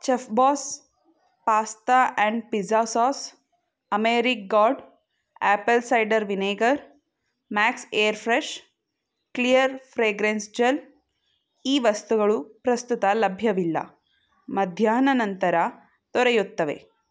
Chefboss pasta and pizza sauce American Garden apple cider vinegar max air fresh clear fragrance gel ಈ ವಸ್ತುಗಳು ಪ್ರಸ್ತುತ ಲಭ್ಯವಿಲ್ಲ ಮಧ್ಯಾಹ್ನ ನಂತರ ದೊರೆಯುತ್ತವೆ